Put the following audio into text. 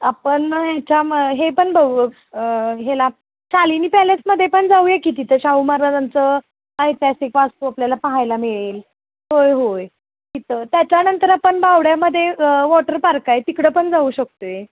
आपण हेच्या मग हे पण बघू हेला शालिनी पॅलेसमध्ये पण जाऊया की तिथं शाहू महाराजांचं ऐतिहासिक वास्तू आपल्याला पाहायला मिळेल होय होय तिथं त्याच्यानंतर आपण बावड्यामध्ये वॉटर पार्क आहे तिकडं पण जाऊ शकतो आहे